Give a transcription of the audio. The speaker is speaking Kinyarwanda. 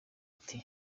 ati